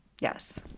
yes